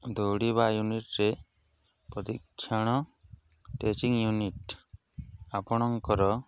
ଦୌଡ଼ିବା ୟୁନିଟ୍ରେ ପ୍ରତିକ୍ଷଣ ଟିଚିଂ ୟୁନିଟ୍ ଆପଣଙ୍କର